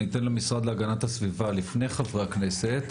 אתן למשרד להגנת הסביבה לפני חברי הכנסת.